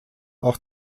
auch